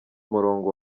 umurongo